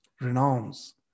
renounce